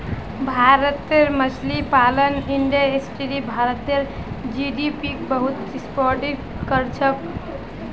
भारतेर मछली पालन इंडस्ट्री भारतेर जीडीपीक बहुत सपोर्ट करछेक